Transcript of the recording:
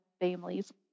families